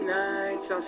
nights